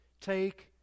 Take